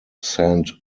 saint